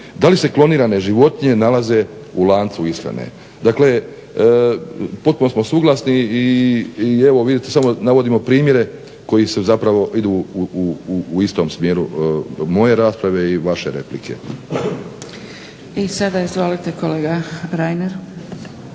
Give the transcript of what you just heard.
da li se klonirane životinje nalaze u lancu ishrane. Dakle potpuno smo suglasni i evo vidite navodimo samo primjere koji idu u istom smjeru moje rasprave i vaše replike. **Zgrebec,